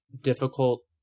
difficult